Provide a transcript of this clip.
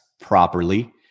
properly